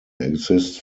exist